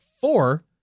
four